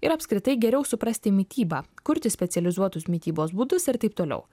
ir apskritai geriau suprasti mitybą kurti specializuotus mitybos būdus ir taip toliau